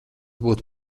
būtu